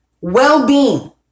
Well-being